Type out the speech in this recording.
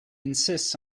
insists